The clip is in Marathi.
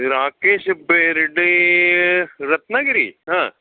राकेश बेर्डे रत्नागिरी हां